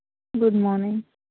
good morning